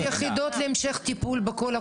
יש יחידות להמשך טיפול בכל הקופות,